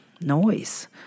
noise